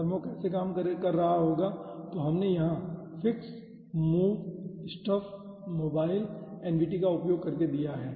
thermo कैसे काम कर रहा होगा जो हमने यहां fix move stuff mobile nvt का उपयोग करके दिया है